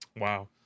Wow